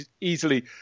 easily